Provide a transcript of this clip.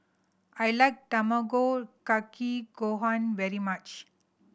I like Tamago Kake Gohan very much